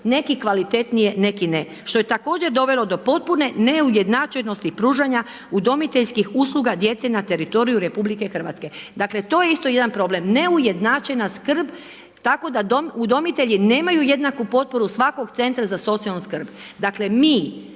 neki kvalitetniji, neki ne, što je također dovelo do potpune neujednačenosti pružanja udomiteljskih usluga djece na teritoriju RH. Dakle, to je isto jedan problem, neujednačena skrb, tako da udomitelji nemaju jednaku potporu svakog Centra za socijalnu skrb. Dakle, mi